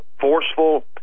forceful